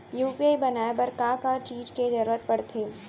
UPI बनाए बर का का चीज के जरवत पड़थे?